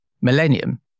millennium